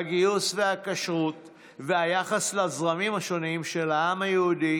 הגיוס והכשרות והיחס לזרמים השונים בעם היהודי